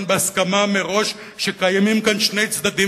בהסכמה מראש שקיימים כאן שני צדדים,